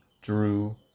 drew